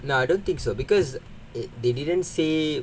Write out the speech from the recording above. no I don't think so because it they didn't say